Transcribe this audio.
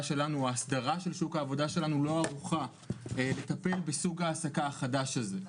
ההסדרה של שוק העבודה שלנו לא ערוכה בסוג ההעסקה החדש הזה.